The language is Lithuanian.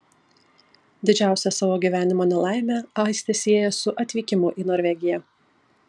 didžiausią savo gyvenimo nelaimę aistė sieja su atvykimu į norvegiją